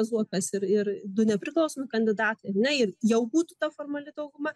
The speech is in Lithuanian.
zuokas ir ir du nepriklausomi kandidatai ar ne ir jau būtų ta formali dauguma